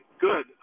Good